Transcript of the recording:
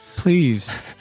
Please